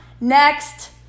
Next